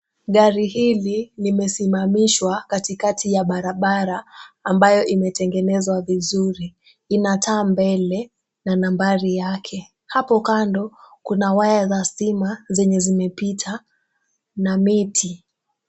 Gari hili limesimamishwa katikati ya barabara ambayo imetengenezwa vizuri. Ina taa mbele na nambari yake. Hapo kando kuna waya za stima zenye zimepita na miti.